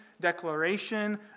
declaration